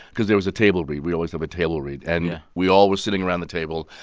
because there was a table read we always have a table read. and we all were sitting around the table.